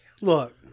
Look